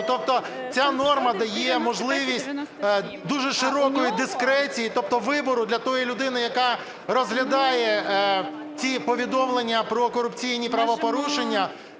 Тобто ця норма дає можливість дуже широкої дискреції, тобто вибору для тої людини, яка розглядає ці повідомлення про корупційні правопорушення,